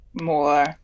more